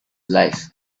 life